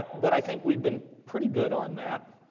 but i think we've been pretty good on that.